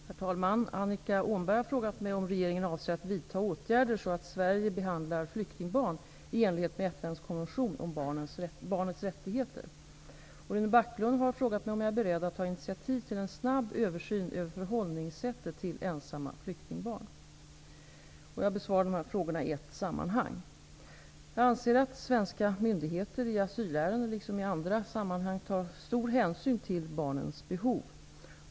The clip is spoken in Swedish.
Herr talman! Annika Åhnberg har frågat mig om regeringen avser att vidta åtgärder så att Sverige behandlar flyktingbarn i enlighet med FN:s konvention om barnets rättigheter. Rune Backlund har frågat mig om jag är beredd att ta initiativ till en snabb översyn av förhållningssättet till ensamma flyktingbarn. Jag besvarar frågorna i ett sammanhang. Jag anser att svenska myndigheter, i asylärenden liksom i andra sammanhang, tar stor hänsyn till barnens behov.